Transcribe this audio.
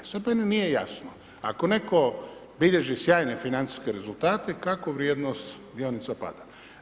I sad meni nije jasno, ako netko bilježi sjajne financijske rezultata, kako vrijednost dionica pada.